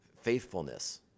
faithfulness